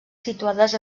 situades